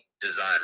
design